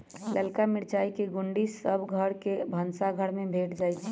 ललका मिरचाई के गुण्डी सभ घर के भनसाघर में भेंट जाइ छइ